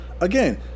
again